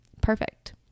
perfect